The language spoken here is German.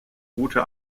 gute